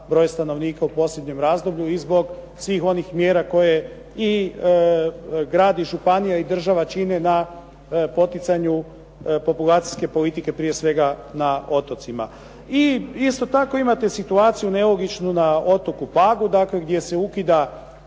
broj stanovnika u posljednjem razdoblju i zbog svih onih mjera koje i grad i županija i država čine na poticanju populacijske politike prije svega na otocima. I isto tak imate situaciju nelogičnu na otoku Pagu, dakle, gdje se ukida